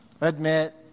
admit